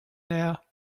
there